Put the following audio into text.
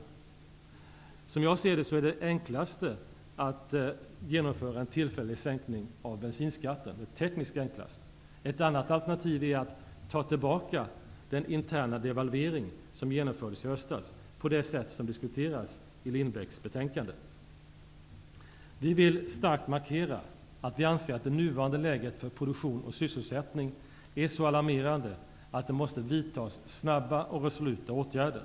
Det som skulle vara tekniskt enklast att genomföra vore en tillfällig sänkning av bensinskatten. Ett annat alternativ är att ta tillbaka den ''interna devalvering'' som genomfördes i höstas, på det sätt som diskuteras i Lindbecks betänkande. Vi vill starkt markera att vi anser att det nuvarande läget för produktion och sysselsättning är så alarmerande att det måste vidtas snabba och resoluta åtgärder.